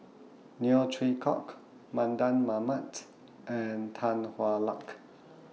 Neo Chwee Kok Mardan Mamat and Tan Hwa Luck